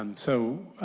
and so